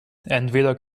entweder